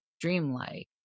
dreamlike